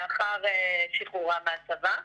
לאחר שחרורם מהצבא.